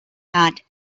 not